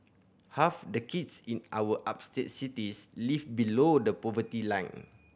half the kids in our upstate cities live below the poverty line